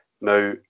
Now